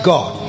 God